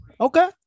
okay